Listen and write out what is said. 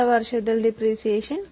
വരും കാലങ്ങളിൽ കുറവും